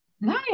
Nice